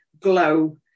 glow